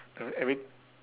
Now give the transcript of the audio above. know every